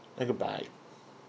goodbye